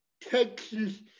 Texas